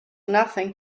nothing